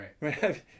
Right